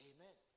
Amen